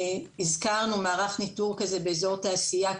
הזכרנו מערך ניטור כזה באזור תעשייה,